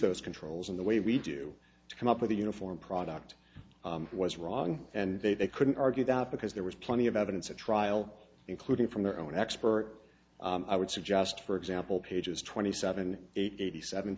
those controls in the way we do come up with a uniform product was wrong and they they couldn't argue that because there was plenty of evidence at trial including from their own expert i would suggest for example pages twenty seven eighty seven